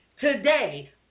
today